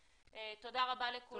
תודה רבה לכולם.